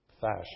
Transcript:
fashion